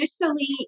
Initially